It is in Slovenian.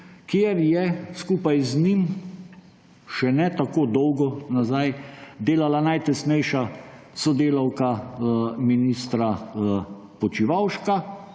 kjer je skupaj z njim še ne tako dolgo nazaj delala najtesnejša sodelavka ministra Počivalška,